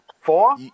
four